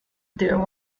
there